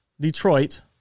Detroit